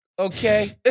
Okay